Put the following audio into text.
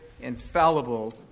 infallible